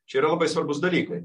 čia yra labai svarbūs dalykai